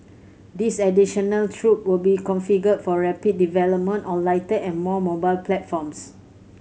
this additional troop will be configured for rapid development on lighter and more mobile platforms